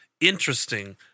interesting